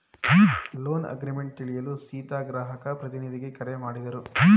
loan agreement ತಿಳಿಯಲು ಸೀತಾ ಗ್ರಾಹಕ ಪ್ರತಿನಿಧಿಗೆ ಕರೆ ಮಾಡಿದರು